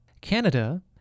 Canada